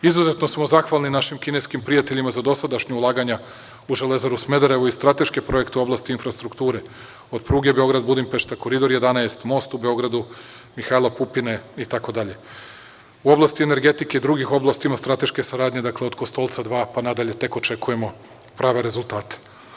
Izuzetno smo zahvalni našim kineskim partnerima za dosadašnja ulaganja u „Železaru Smederevo“ i strateške projekte u oblasti infrastrukture, od pruge Beograd-Budimpešta, Koridor 11, most u Beograd „Mihajlo Pupin“ itd, u oblasti energetike i drugim oblastima strateške saradnje, od Kostolca 2 pa nadalje i tek očekujemo prave rezultate.